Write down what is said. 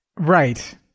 Right